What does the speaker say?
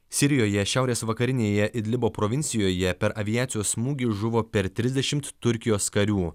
sirijoje šiaurės vakarinėje idlibo provincijoje per aviacijos smūgį žuvo per trisdešimt turkijos karių